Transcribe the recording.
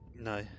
No